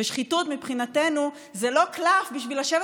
ושחיתות מבחינתנו זה לא קלף בשביל לשבת